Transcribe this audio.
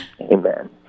Amen